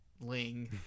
Ling